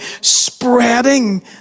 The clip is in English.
spreading